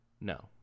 No